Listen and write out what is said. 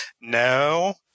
No